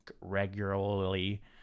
regularly